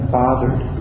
bothered